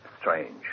strange